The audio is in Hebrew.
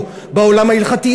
או בעולם ההלכתי,